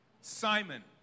Simon